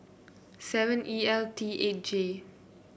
seven E L T eight J